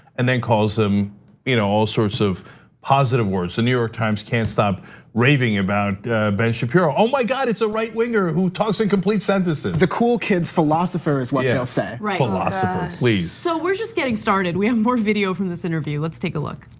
and then calls them you know all sorts of positive words. the new york times can't stop raving about ben shapiro. my god, it's a right winger who talks in complete sentences. the cool kids' philosopher is what yeah they'll say. yeah, philosopher, please. so we're just getting started. we have more video from this interview, let's take a look.